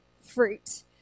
fruit